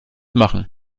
machen